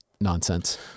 nonsense